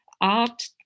art